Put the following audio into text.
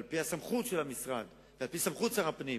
על-פי הסמכות של המשרד ועל-פי סמכות שר הפנים,